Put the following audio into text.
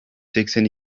seksen